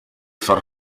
far